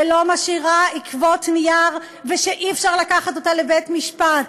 שלא משאירה עקבות נייר ושאי-אפשר לקחת אותה לבית-משפט,